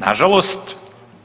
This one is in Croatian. Nažalost,